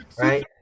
right